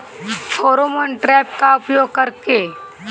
Pheromone trap का उपयोग कर के?